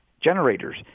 generators